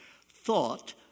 thought